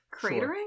cratering